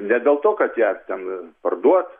ne dėl to kad ją ten parduoti